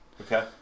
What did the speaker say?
Okay